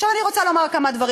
עכשיו אני רוצה לומר כמה דברים.